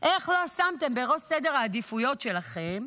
איך לא שמתם בראש סדר העדיפויות שלכם,